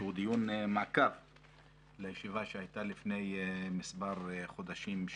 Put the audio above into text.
שהוא דיון מעקב על הישיבה שהייתה לפני מספר חודשים,